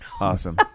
awesome